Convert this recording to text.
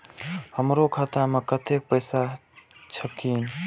हमरो खाता में कतेक पैसा छकीन?